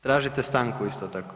Tražite stanku isto tako?